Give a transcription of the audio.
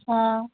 हां